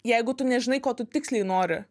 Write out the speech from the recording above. jeigu tu nežinai ko tu tiksliai nori